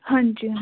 ਹਾਂਜੀ ਹਾ